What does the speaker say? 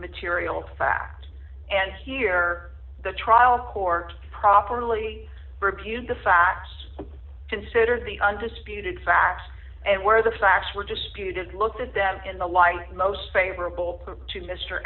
material fact and here the trial court properly reviews the facts consider the undisputed facts and where the facts were disputed looked at them in the light most favorable to mr